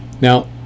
Now